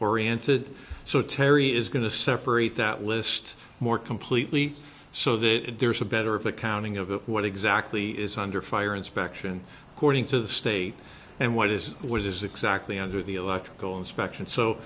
oriented so terri is going to separate that list more completely so that there's a better of accounting of what exactly is under fire inspection according to the state and what is was is exactly under the electrical inspection so